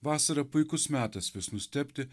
vasara puikus metas vis nustebti